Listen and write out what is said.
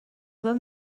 the